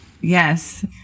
Yes